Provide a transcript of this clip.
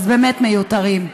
אז באמת מיותרים.